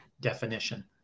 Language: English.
definition